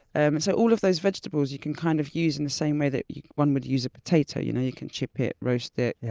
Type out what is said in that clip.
and so all of those vegetables you can kind of use in the same way that one would use a potato. you know you can chip it, roast it, yeah